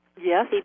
Yes